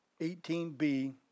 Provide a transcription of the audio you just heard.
18b